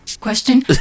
Question